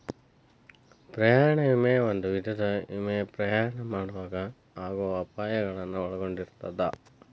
ಪ್ರಯಾಣ ವಿಮೆ ಒಂದ ವಿಧದ ವಿಮೆ ಪ್ರಯಾಣ ಮಾಡೊವಾಗ ಆಗೋ ಅಪಾಯಗಳನ್ನ ಒಳಗೊಂಡಿರ್ತದ